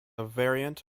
variant